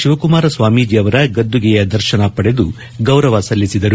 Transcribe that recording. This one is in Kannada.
ಶಿವಕುಮಾರ ಸ್ವಾಮೀಜಿ ಅವರ ಗದ್ದುಗೆ ದರ್ಶನ ಪಡೆದು ಗೌರವ ಸಲ್ಲಿಸಿದರು